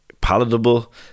palatable